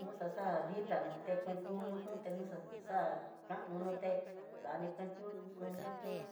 no xa ditá no tékuenti uno junté no xa xa kano nuté ani kuentiunó xon chentiunó.